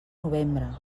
novembre